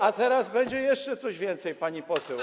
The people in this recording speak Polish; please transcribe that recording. A teraz będzie jeszcze coś więcej, pani poseł.